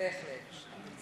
אנחנו ג'נטלמנים.